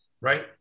Right